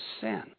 sin